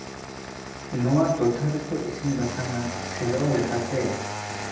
ᱱᱚᱣᱟ ᱴᱚᱴᱷᱟᱨᱮᱠᱚ ᱤᱥᱤᱱ ᱵᱟᱥᱟᱝᱟ ᱥᱮᱨᱣᱟ ᱞᱮᱠᱟᱛᱮ